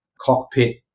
cockpit